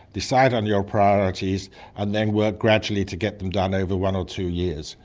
decide on your priorities and then work gradually to get them done over one or two years.